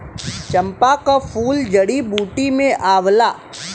चंपा क फूल जड़ी बूटी में आवला